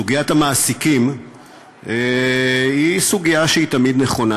סוגיית המעסיקים היא סוגיה שהיא תמיד נכונה,